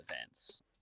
events